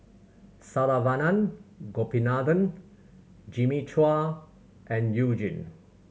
Saravanan Gopinathan Jimmy Chua and You Jin